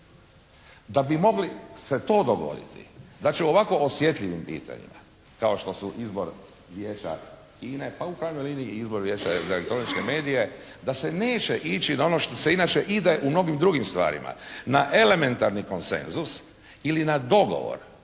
da bi mogli se to dogoditi da ćemo o ovako osjetljivim pitanjima kao što su izbor Vijeća HINA-e, pa u pravoj liniji i izbor Vijeća za elektroničke medije, da se neće ići na ono što se inače ide u mnogim drugim stvarima, na elementarni konsenzus ili na dogovor